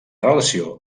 relació